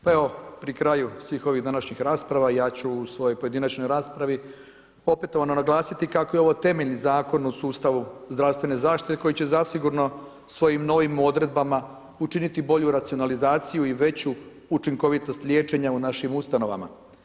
Pri kraju svih ovih današnjih rasprava ja ću u svojoj pojedinačnoj raspravi opetovano naglasiti kako je ovo temeljni zakon o sustavu zdravstvene zaštite, koji će zasigurno svojim novim odredbama učiniti bolju racionalizaciju i veću učinkovitost liječenja u našim ustanovama.